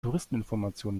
touristeninformation